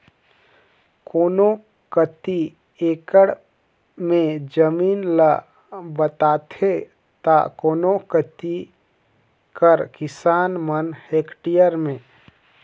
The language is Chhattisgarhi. कोनो कती एकड़ में जमीन ल बताथें ता कोनो कती कर किसान मन हेक्टेयर में